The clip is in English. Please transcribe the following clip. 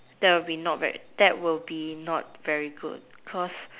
that will be not very that will be not very good cause